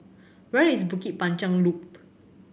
where is Bukit Panjang Loop